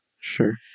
Sure